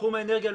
תחום האנרגיה,